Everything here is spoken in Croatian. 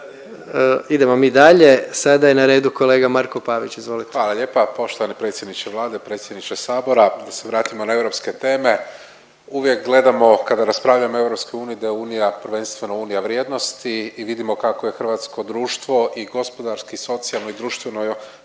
Idemo mi dalje, sada je na redu kolega Marko Pavić, izvolite. **Pavić, Marko (HDZ)** Hvala lijepa. Poštovani predsjedniče Vlade, predsjedniče Sabora. Da se vratimo na europske teme, uvijek gledamo kada raspravljamo o EU da je Unija prvenstveno Unija vrijednosti i vidimo kako je hrvatsko društvo i gospodarski i socijalno i društveno